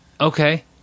Okay